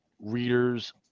readers